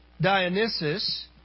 Dionysus